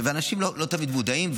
ואנשים לא תמיד מודעים,